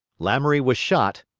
lamoury was shot,